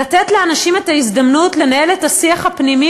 לתת לאנשים את ההזדמנות לנהל את השיח הפנימי